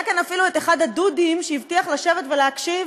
היה כאן אפילו אחד ה"דודים" שהבטיח לשבת ולהקשיב